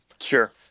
Sure